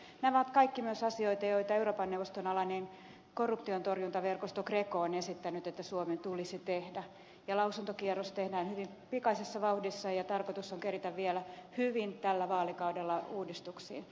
ne ovat kaikki myös asioita joita euroopan neuvoston alainen korruptiontorjuntaverkosto greco on esittänyt että suomen tulisi tehdä ja lausuntokierros tehdään hyvin pikaisessa vauhdissa ja tarkoitus on keritä vielä hyvin tällä vaalikaudella uudistuksiin